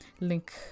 link